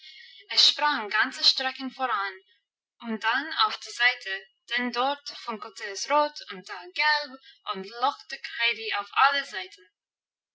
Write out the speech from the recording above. es sprang ganze strecken voran und dann auf die seite denn dort funkelte es rot und da gelb und lockte heidi auf alle seiten